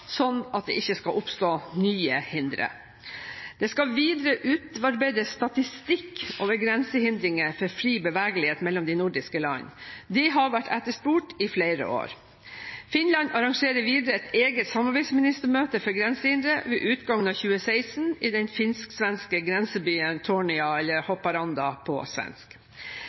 at det ikke skal oppstå nye hindre. Det skal videre utarbeides statistikk over grensehindringer for fri bevegelighet mellom de nordiske land. Det har vært etterspurt i flere år. Finland arrangerer videre et eget samarbeidsministermøte for grensehindre ved utgangen av 2016 i den finsk–svenske grensebyen Tornio – eller Haparanda på svensk.